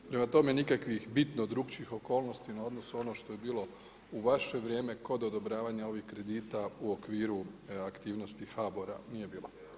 Prema tome, nikakvih bitno drukčijih okolnosti u odnosu na ono što je bilo u vaše vrijeme kod odobravanja ovih kredita u okviru aktivnosti HBOR-a nije bilo.